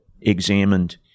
examined